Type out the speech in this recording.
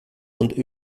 und